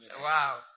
Wow